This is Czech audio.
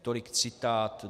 Tolik citát.